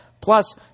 Plus